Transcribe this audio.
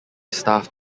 staff